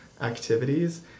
activities